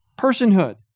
personhood